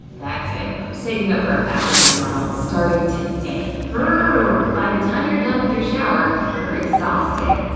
that's it, i'm saving up for a bathroom remodel, starting today! grr, by the time you're done with your shower, you're exhausted!